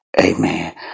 amen